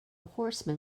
horseman